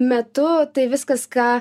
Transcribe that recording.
metu tai viskas ką